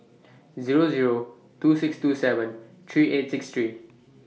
Zero Zero two six two seven three eight six three